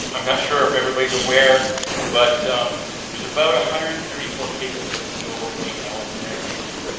i'm not sure if everybody's aware but there's about one hundred and thirty four cases that we know of right now in the niagara region.